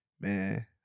Man